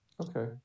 Okay